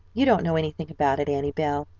you don't know anything about it, annie bell,